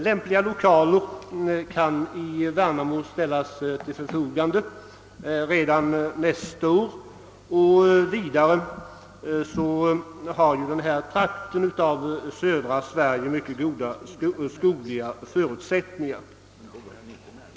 Lämpliga lokaler kan i Värnamo ställas till förfogande redan nästa år, och vidare finns det i denna del av södra Sverige mycket goda skogliga förutsättningar.